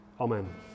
Amen